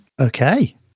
Okay